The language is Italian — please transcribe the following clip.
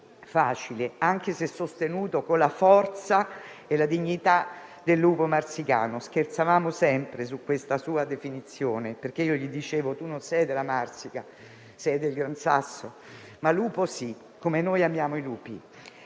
anche se sostenuto con la forza e la dignità del lupo marsicano. Scherzavamo sempre su questa sua definizione perché io gli dicevo che lui non era della Marsica, ma del Gran Sasso, ma lupo sì, come noi amiamo i lupi.